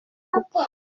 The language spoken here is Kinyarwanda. gupfa